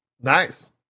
nice